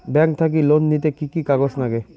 Bank থাকি loan নিতে কি কি কাগজ নাগে?